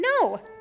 No